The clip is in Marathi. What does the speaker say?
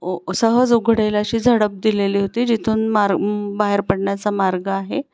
ओ सहज उघडेल अशी झडप दिलेली होती जिथून मार्ग बाहेर पडण्याचा मार्ग आहे